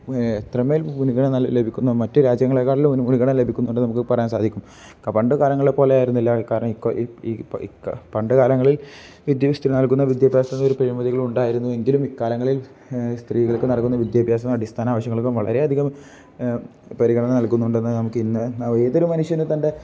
എത്രമേൽ മുൻഗണന ലഭിക്കുന്നു മറ്റു രാജ്യങ്ങളെക്കാളും മുൻഗണന ലഭിക്കുന്നുണ്ട് നമുക്ക് പറയാൻ സാധിക്കും പണ്ട് കാലങ്ങളെ പോലെയായിരുന്നില്ല കാരണം പണ്ട് കാലങ്ങളിൽ വിദ്യാഭ്യസത്തിന് നൽകുന്ന വിദ്യാഭ്യാസത്തിൻ്റെ ഒരു പിഴമതികൾ ഉണ്ടായിരുന്നു എങ്കിലും ഇക്കാലങ്ങളിൽ സ്ത്രീകൾക്ക് നൽകുന്ന വിദ്യാഭ്യാസം അടിസ്ഥാന ആവശ്യങ്ങൾക്കും വളരെയധികം പരിഗണന നൽകുന്നുണ്ടെന്ന് നമുക്ക് ഇന്ന് ഏതൊരു മനുഷ്യന് തൻ്റെ